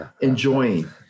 enjoying